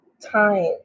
time